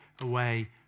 away